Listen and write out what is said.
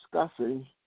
discussing